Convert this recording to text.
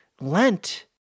Lent